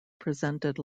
presented